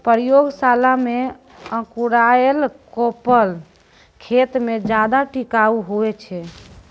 प्रयोगशाला मे अंकुराएल कोपल खेत मे ज्यादा टिकाऊ हुवै छै